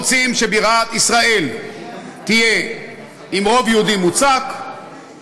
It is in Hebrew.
רוצים שבירת ישראל תהיה עם רוב יהודי מוצק,